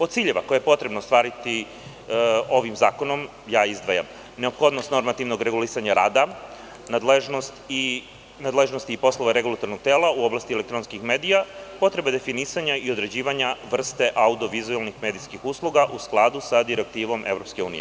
Od ciljeva koje je potrebno ostvariti ovim zakonom, ja izdvajam: neophodnost normativnog regulisanja rada, nadležnost i poslove regulatornog tela u oblasti elektronskih medija, potrebe definisanja i određivanja vrste audio-vizuelnih medijskih usluga u skladu sa direktivom EU.